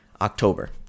October